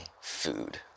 food